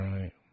Right